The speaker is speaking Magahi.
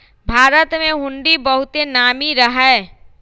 भारत में हुंडी बहुते नामी रहै